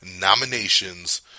nominations